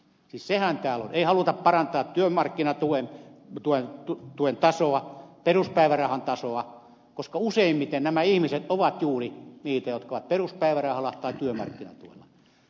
siis sehän täällä on ei haluta parantaa työmarkkinatuen tasoa peruspäivärahan tasoa koska useimmiten nämä ihmiset ovat juuri niitä jotka ovat peruspäivärahalla tai työmarkkinatuella